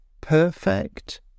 perfect